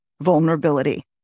vulnerability